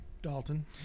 Dalton